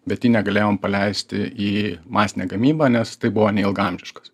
bet jį negalėjom paleisti į masinę gamybą nes tai buvo neilgaamžiškas